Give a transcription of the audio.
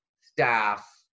staff